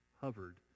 hovered